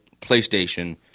PlayStation